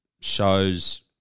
shows